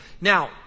now